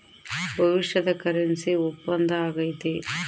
ಭವಿಷ್ಯದ ಕರೆನ್ಸಿ ಒಪ್ಪಂದ ಆಗೈತೆ